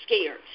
scared